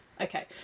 Okay